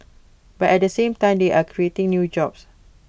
but at the same time they are creating new jobs